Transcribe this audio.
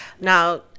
Now